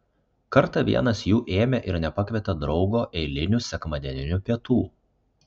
kartą vienas jų ėmė ir nepakvietė draugo eilinių sekmadieninių pietų